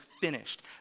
finished